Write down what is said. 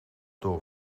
door